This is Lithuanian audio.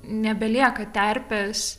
nebelieka terpės